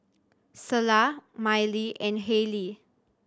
Selah Miley and Halie